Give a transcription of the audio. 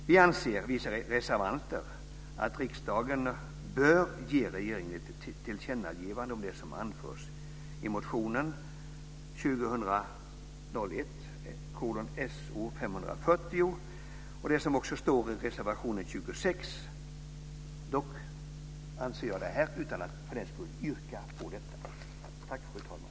Vissa av oss reservanter anser att riksdagen bör ge regeringen ett tillkännagivande om det som anförs i motion 2000/01:So540 och det som står i reservation 26. Jag anser det utan att för den skull göra något yrkande.